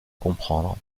comprendre